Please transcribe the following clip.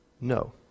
No